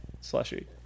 slushy